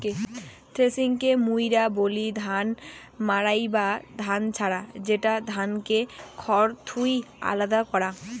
থ্রেশিংকে মুইরা বলি ধান মাড়াই বা ধান ঝাড়া, যেটা ধানকে খড় থুই আলাদা করাং